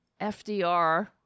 FDR